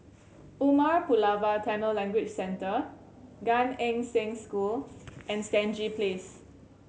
Umar Pulavar Tamil Language Centre Gan Eng Seng School and Stangee Place